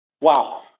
wow